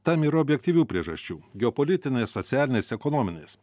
tam yra objektyvių priežasčių geopolitinės socialinės ekonominės